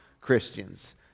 Christians